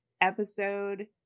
episode